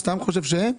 אתה חושב שאין?